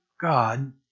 God